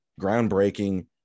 groundbreaking